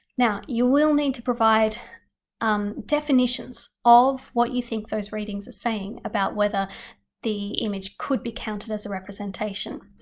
now you will need to provide um definitions of what you think those readings are saying about whether the image could be counted as a representation.